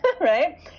Right